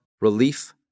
relief